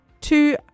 two